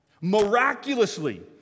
Miraculously